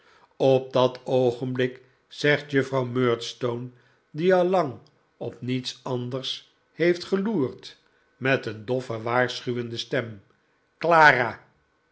op dat oogenblik zegt juffrouw murdstone die al lang op niets anders heeft geloerd met een doffe waarschuwendfe stem clara